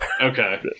Okay